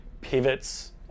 pivots